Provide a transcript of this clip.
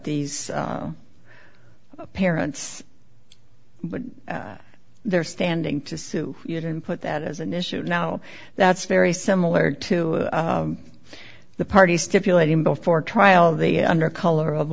these parents but they're standing to sue you don't put that as an issue now that's very similar to the parties stipulate in before trial they under color of